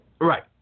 Right